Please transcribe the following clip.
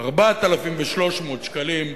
4,300 שקלים,